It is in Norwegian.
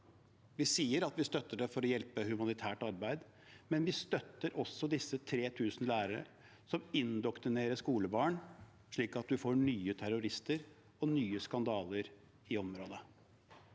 Vi sier at vi støtter for å hjelpe humanitært arbeid, men vi støtter også disse 3 000 lærerne, som indoktrinerer skolebarn slik at man får nye terrorister og nye skandaler i området.